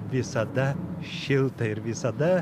visada šilta ir visada